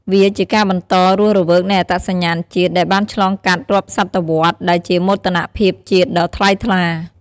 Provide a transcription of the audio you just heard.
វាជាការបន្តរស់រវើកនៃអត្តសញ្ញាណជាតិដែលបានឆ្លងកាត់រាប់សតវត្សរ៍ ដែលជាមោទនភាពជាតិដ៏ថ្លៃថ្លា។